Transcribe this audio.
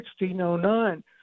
1609